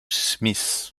smith